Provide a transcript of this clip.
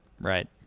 Right